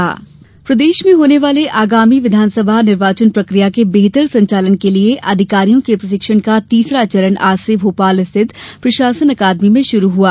प्रशिक्षण प्रदेश में होने वाले आगामी विधानसभा चूनाव निर्वाचन प्रक्रिया के बेहतर संचालन के लिये अधिकारियों के प्रशिक्षण का तीसरा चरण आज से भोपाल स्थित प्रशासन अकादमी में शुरू हुआ